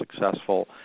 successful